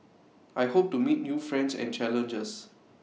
I hope to meet new friends and challenges